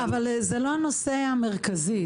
אבל זה לא הנושא המרכזי,